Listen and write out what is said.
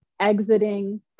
Exiting